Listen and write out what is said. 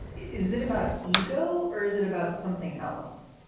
is it about ego or is it about something else?